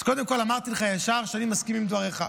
אז קודם כול, אמרתי לך ישר שאני מסכים עם דבריך,